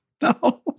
No